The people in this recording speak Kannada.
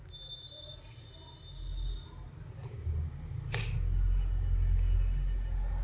ಕಾರ್ಪೊರೇಷನ್ ಬ್ಯಾಂಕ್ ಇದ್ದಿದ್ದನ್ನ ಯೂನಿಯನ್ ಬ್ಯಾಂಕ್ ಅಂತ ಮಾಡ್ಯಾರ